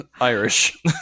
irish